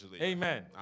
Amen